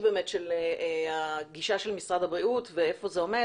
של הגישה של משרד הבריאות ואיפה זה עומד.